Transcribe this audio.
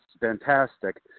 fantastic